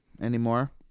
anymore